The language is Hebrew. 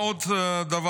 מה עוד מעניין?